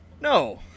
No